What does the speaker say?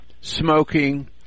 smoking